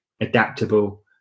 adaptable